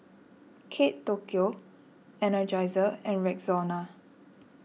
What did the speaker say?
Kate Tokyo Energizer and Rexona